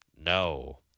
no